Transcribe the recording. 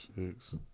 six